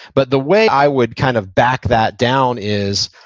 but the way i would kind of back that down, is